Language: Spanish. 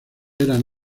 eran